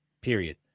Period